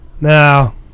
Now